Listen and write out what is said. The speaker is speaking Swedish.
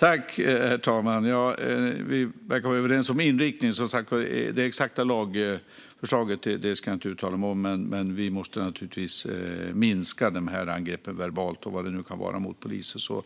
Herr talman! Vi verkar som sagt vara överens om inriktningen. Det exakta lagförslaget ska jag inte uttala mig om. Men vi måste naturligtvis minska de här angreppen, verbalt och vad det nu kan vara, mot poliser.